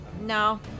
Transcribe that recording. No